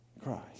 Christ